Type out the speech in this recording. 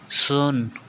ᱥᱩᱱ